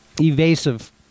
evasive